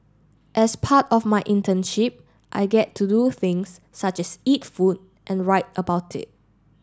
as part of my internship I get to do things such as eat food and write about it